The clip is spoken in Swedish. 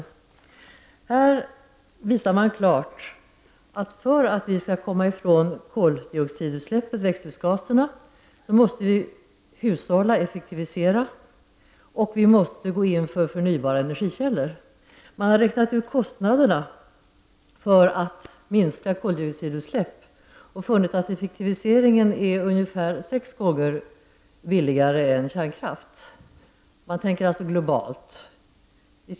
Rapporten visar klart att vi för att vi skall komma ifrån koldioxidutsläppen och växthusgaserna måste hushålla, effektivisera och gå in för förnybara energikällor. Man har räknat ut kostnaderna för att minska koldioxidutsläppen och funnit att effektivisering är ungefär sex gånger billigare än kärnkraft, och då tänker man alltså globalt.